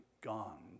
gone